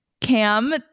Cam